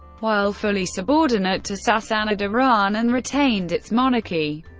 while fully subordinate to sassanid iran, and retained its monarchy.